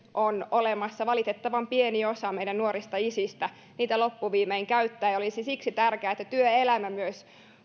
on olemassa valitettavan pieni osa meidän nuorista isistä niitä loppuviimein käyttää ja olisi siksi tärkeää että työelämä myös